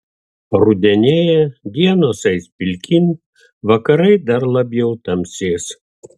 rudenėja dienos eis pilkyn vakarai dar labiau tamsės